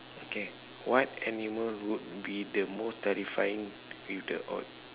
okay what animal would be the most terrifying with the add~